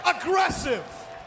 aggressive